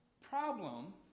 Problem